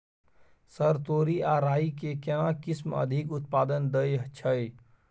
Sir तोरी आ राई के केना किस्म अधिक उत्पादन दैय छैय?